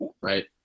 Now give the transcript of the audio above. Right